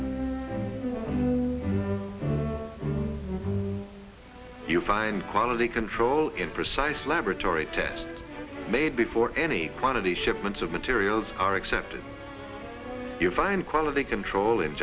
you find quality control in precise laboratory tests made before any quantity shipments of materials are accepted you find quality control in